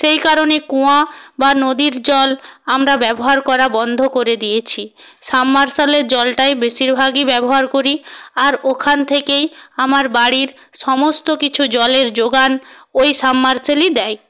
সেই কারণে কুয়া বা নদীর জল আমরা ব্যবহার করা বন্ধ করে দিয়েছি সাবমেরসিবেলের জলটাই বেশিরভাগই ব্যবহার করি আর ওখান থেকেই আমার বাড়ির সমস্ত কিছু জলের জোগান ওই সাবমেরসিবেলই দেয়